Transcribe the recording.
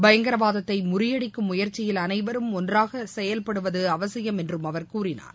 பயங்கரவாதத்தை முறியடிக்கும் முயற்சியில் அனைவரும் ஒன்றாக செயல்படுவது அவசியம் என்றம் அவர் கூறினார்